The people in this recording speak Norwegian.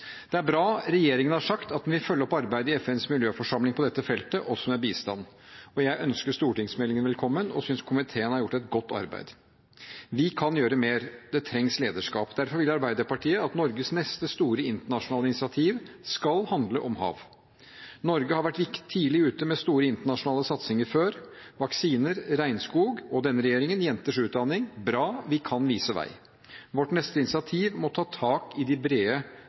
Det er bra at regjeringen har sagt at den vil følge opp arbeidet i FNs miljøforsamling på dette feltet, også med bistand. Jeg ønsker stortingsmeldingen velkommen og synes komiteen har gjort et godt arbeid, men vi kan gjøre mer. Det trengs lederskap. Derfor vil Arbeiderpartiet at Norges neste store internasjonale initiativ skal handle om hav. Norge har vært tidlig ute med store internasjonale satsinger før, som vaksiner og regnskog. Denne regjeringen har satset på jenters utdanning. Det er bra – vi kan vise vei. Vårt neste initiativ må ta tak i de brede